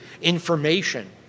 information